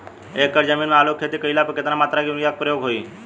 एक एकड़ जमीन में आलू क खेती कइला पर कितना मात्रा में यूरिया क प्रयोग होई?